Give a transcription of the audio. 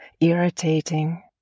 irritating